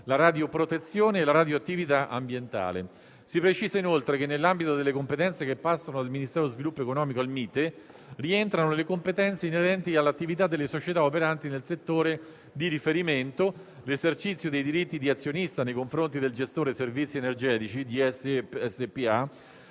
la radioprotezione e la radioattività ambientale. Si precisa inoltre che, nell'ambito delle competenze che passano dal Ministero dello sviluppo economico al MITE, rientrano quelle inerenti all'attività delle società operanti nel settore di riferimento, l'esercizio dei diritti di azionista nei confronti del Gestore servizi energetici (GSE